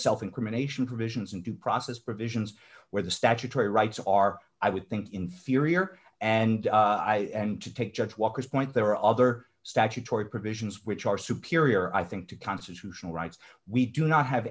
self incrimination provisions and due process provisions where the statutory rights are i would think inferior and i and to take judge walker's point there are other statutory provisions which are superior i think to constitutional rights we do not have